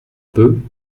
peu